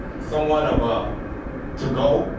somewhat of a to go.